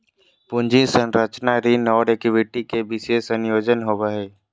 पूंजी संरचना ऋण और इक्विटी के विशेष संयोजन होवो हइ